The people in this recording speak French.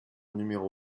numéro